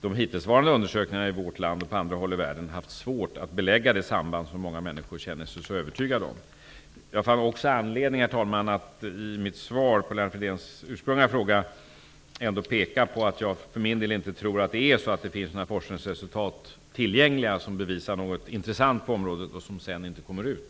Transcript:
De hittillsvarande undersökningarna i vårt land och på andra håll i världen har haft svårt att belägga det samband som många människor känner sig så övertygade om. Herr talman! Jag fann anledning att i svaret på Lennart Fridéns ursprungliga fråga ändå peka på det faktum att jag för min del inte tror att det finns några forskningsresultat tillgängliga som bevisar något intressant på området och som sedan inte kommer ut.